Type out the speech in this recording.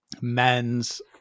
men's